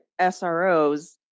SROs